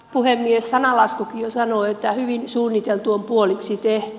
sananlaskukin jo sanoo että hyvin suunniteltu on puoliksi tehty